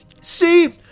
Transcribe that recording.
See